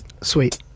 Sweet